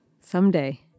Someday